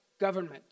government